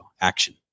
action